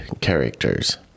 characters